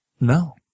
No